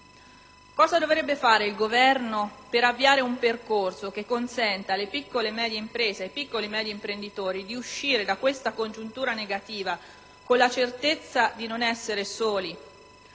Cosa dovrebbe fare il Governo per avviare un percorso che consenta alle piccole e medie imprese, ai piccoli e medi imprenditori, di uscire da questa congiuntura negativa con la certezza di non essere soli?